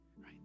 right